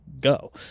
go